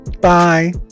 Bye